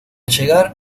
llegar